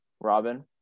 Robin